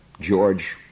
George